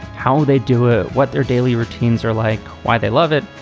how they do it. what their daily routines are like. why they love it.